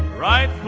right